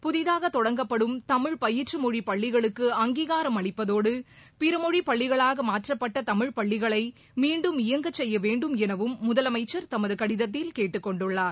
புதிதாக தொடங்கப்படும் தமிழ் பயிற்றுமொழி பள்ளிகளுக்கு அங்கீகாரம் அளிப்பதோடு பிற மொழி பள்ளிகளாக மாற்றப்பட்ட தமிழ் பள்ளிகளை மீன்டும் இயங்க செய்ய வேண்டும் எனவும் முதலமைச்சர் தமது கடிதத்தில் கேட்டுக்கொண்டுள்ளார்